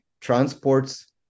transports